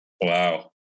Wow